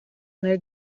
nel